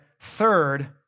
Third